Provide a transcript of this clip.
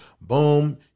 Boom